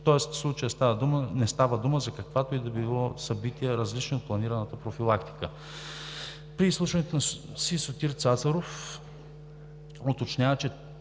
в случая не става дума за каквито и да е събития, различни от планираната профилактика. При изслушването си Сотир Цацаров уточнява, че